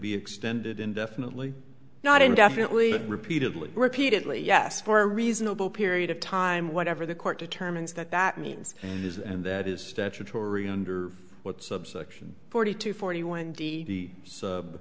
be extended indefinitely not indefinitely repeatedly repeatedly yes for a reasonable period of time whatever the court determines that that means it is and that is statutory under what subsection forty two forty